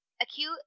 Acute